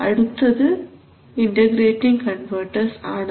അടുത്തത് integrating converters ആണ്